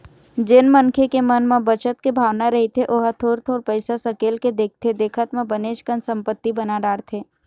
जेन मनखे के मन म बचत के भावना रहिथे ओहा थोर थोर पइसा सकेल के देखथे देखत म बनेच कन संपत्ति बना डारथे